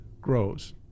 grows